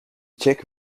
czech